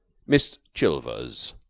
miss chilvers.